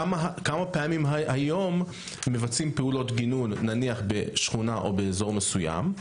כמה פעמים היום מבצעים פעולות גינון נניח בשכונה או באזור מסוים,